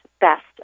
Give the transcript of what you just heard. best